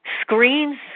screens